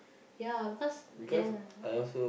ya because ya